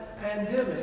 pandemic